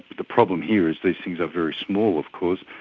the problem here is these things are very small of course,